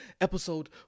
Episode